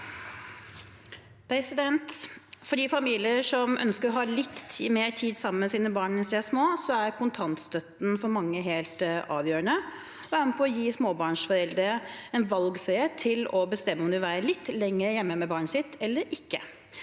For mange av de familiene som ønsker å ha litt mer tid sammen med sine barn mens de er små, er kontantstøtten helt avgjørende. Den er med på å gi småbarnsforeldre en valgfrihet til å bestemme om de vil være litt lenger hjemme med barnet sitt eller ikke.